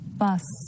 bus